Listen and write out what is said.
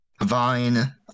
vine